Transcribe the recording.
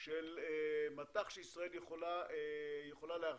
של מט"ח שישראל יכולה להחזיק.